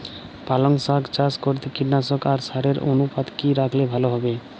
পালং শাক চাষ করতে কীটনাশক আর সারের অনুপাত কি রাখলে ভালো হবে?